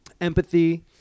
empathy